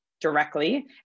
directly